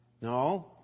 No